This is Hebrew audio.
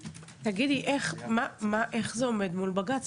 תגידי, איך זה עומד מול בג"ץ?